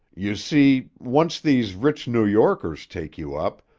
you see, once these rich new yorkers take you up,